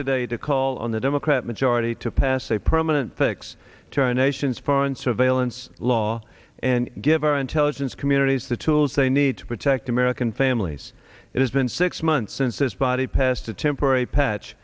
today to call on the democrat majority to pass a permanent fix to our nation's fund surveillance law and give our intelligence communities the tools they need to protect american families it has been six months since this body passed a temporary patch